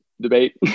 debate